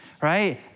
right